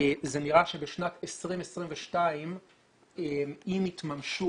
זה נראה שבשנת 2022, אם יתממשו